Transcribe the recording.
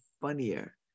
funnier